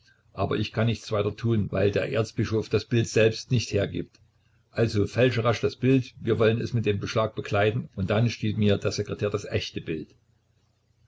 aber ich kann weiter nichts tun weil der erzbischof das bild selbst nicht hergibt also fälsche rasch das bild wir wollen es mit dem beschlag bekleiden und dann stiehlt mir der sekretär das echte bild